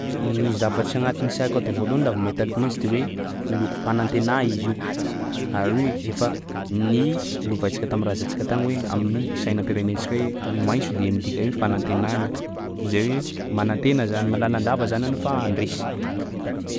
Ny zavatsy agnatin'ny saiko ato voalohany laha vao mahita loko maitso de hoe loko fanantenà izy io ary io efa nilovaintsika tam'razantsika tagny hoe amin'ny sainam-pirenentsika hoe ny maitso de midika hoe fanantenana zay hoe manantena manantena zany m- lalandava zany anao fa handresy.